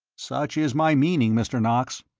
such is my meaning, mr. knox.